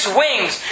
wings